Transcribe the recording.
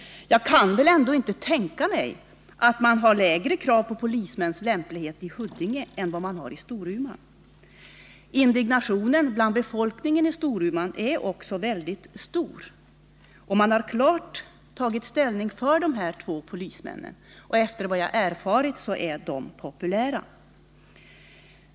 Jag kan väl ändå inte tänka mig att man har lägre krav på polismäns lämplighet i Huddinge än vad man har i Storuman. Indignationen bland befolkningen i Storuman är också mycket stor, och man har klart tagit ställning för dessa två polismän. Efter vad jag erfarit är de populära.